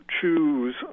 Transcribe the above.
choose